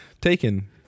taken